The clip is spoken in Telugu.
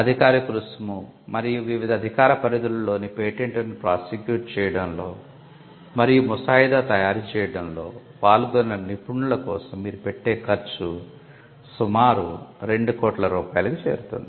అధికారిక రుసుము మరియు వివిధ అధికార పరిధులలోని పేటెంట్ను ప్రాసిక్యూట్ చేయడంలో మరియు ముసాయిదా తయారు చేయడంలో పాల్గొన్న నిపుణుల కోసం మీరు పెట్టే ఖర్చు సుమారు 2 కోట్ల రూపాయలకు చేరుతుంది